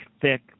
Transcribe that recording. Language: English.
thick